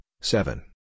seven